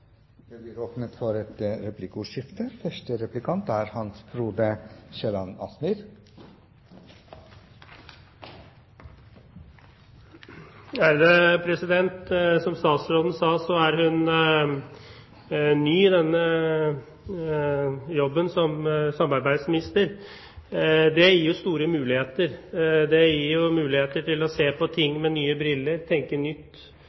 Det blir replikkordskifte. Som statsråden sa, er hun ny i denne jobben som samarbeidsminister. Det gir store muligheter. Det gir muligheter til å se på ting med nye briller, tenke nytt